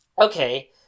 Okay